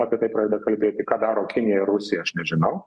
apie tai pradeda kalbėti ką daro kinija ir rusija aš nežinau